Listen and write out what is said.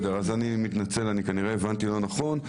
אני מתנצל, כנראה הבנתי לא נכון.